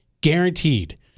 Guaranteed